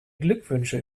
glückwünsche